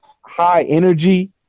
high-energy